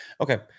Okay